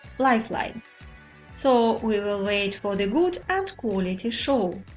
like like so we will wait for the good and quality show.